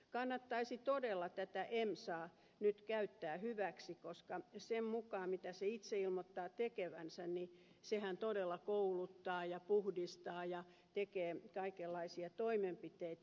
kannattaisi todella tätä emsaa nyt käyttää hyväksi koska sen mukaan mitä se itse ilmoittaa tekevänsä sehän todella kouluttaa ja puhdistaa ja tekee kaikenlaisia toimenpiteitä